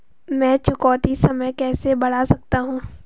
मैं चुकौती समय कैसे बढ़ा सकता हूं?